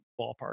ballpark